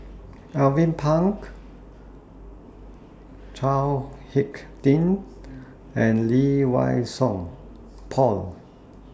Alvin Pang Chao Hick Tin and Lee Wei Song Paul